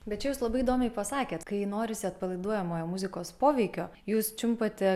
bet čia jūs labai įdomiai pasakėt kai norisi atpalaiduojamojo muzikos poveikio jūs čiumpate